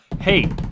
Hey